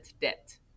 debt